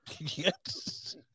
Yes